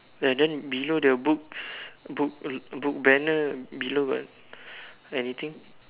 ya then below the books book banner below got anything